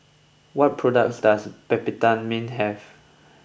what products does Peptamen have